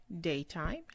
Daytime